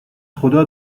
خدا